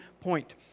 point